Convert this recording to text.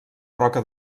roca